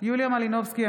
יוליה מלינובסקי,